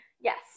Yes